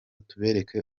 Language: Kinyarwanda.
tubereka